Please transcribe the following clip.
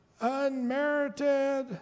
unmerited